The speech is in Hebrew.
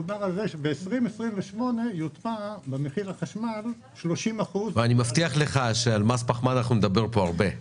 מדובר על כך שב-2028 יוטמע במחיר החשמל 30%. אני מבטיח לך שעל מס פחמן אנחנו נדבר פה הרבה.